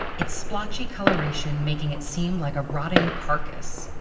its splotchy coloration making it seem like a rotting carcass.